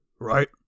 right